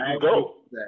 go